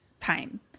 time